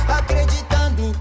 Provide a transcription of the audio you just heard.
acreditando